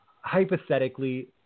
hypothetically